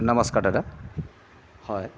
নমস্কাৰ দাদা হয়